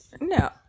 No